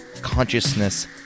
consciousness